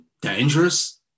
dangerous